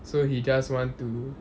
so he just want to